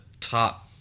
top